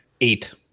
eight